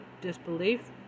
disbelief